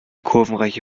kurvenreiche